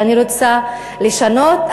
ואני רוצה לשנות,